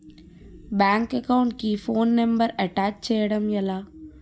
Bank account కి phone number attach చేయడం ఎలా?